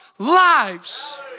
Lives